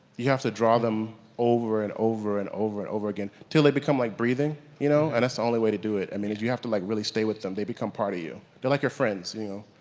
you have to draw them over and over and over and over again until they become like breathing, you know, and that's the only way to do it. i mean you you have to like really stay with them they become part of you, they're like your friends you know.